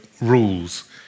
rules